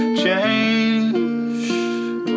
change